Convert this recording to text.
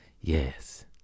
yes